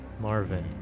Marvin